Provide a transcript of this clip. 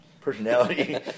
personality